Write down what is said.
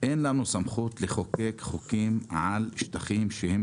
אין לנו סמכות לחוקק חוקים על שטחים שהם